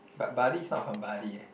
but barley is not from Bali eh